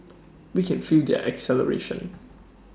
we can feel their exhilaration